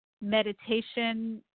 meditation